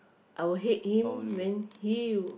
I will hate him when he